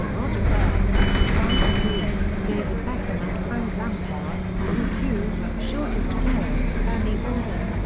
roger byrne, francis lee, david beckham and frank lampard, all two shortest player fanny walden,